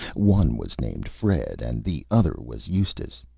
one was named fred, and the other was eustace.